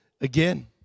again